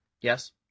Yes